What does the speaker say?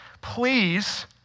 please